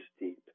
deep